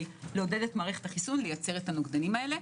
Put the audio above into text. לעודד את מערכת החיסון לייצר את הנוגדנים האלה.